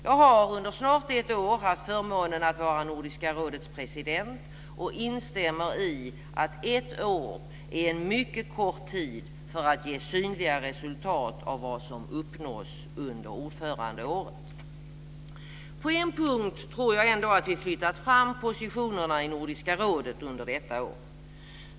Jag har under snart ett år haft förmånen att vara Nordiska rådets president och instämmer i att ett år är en mycket kort tid för att ge synliga resultat av vad som uppnås under ordförandeåret. På en punkt tror jag ändå att vi flyttat fram positionerna i Nordiska rådet under detta år.